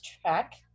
track